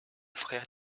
frère